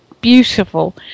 beautiful